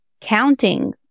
counting